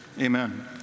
amen